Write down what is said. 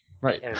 right